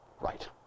Right